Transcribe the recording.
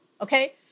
okay